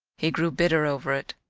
he grew bitter over it.